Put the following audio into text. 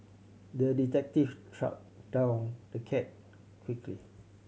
the detective track down the cat quickly